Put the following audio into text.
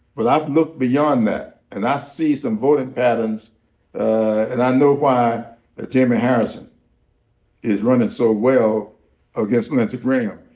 but i've looked beyond that and i see some voting patterns and i know why ah jaime harrison is running so well against lindsey graham.